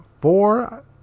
four